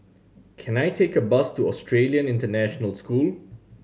can I take a bus to Australian International School